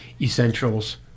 essentials